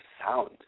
sound